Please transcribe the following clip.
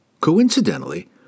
Coincidentally